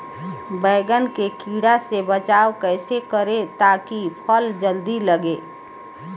बैंगन के कीड़ा से बचाव कैसे करे ता की फल जल्दी लगे?